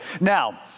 Now